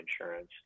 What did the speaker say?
insurance